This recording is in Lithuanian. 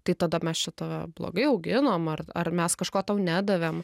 tai tada mes čia tave blogai auginom ar ar mes kažko tau nedavėm